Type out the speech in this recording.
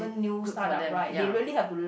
good for them ya